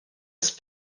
ist